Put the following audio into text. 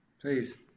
please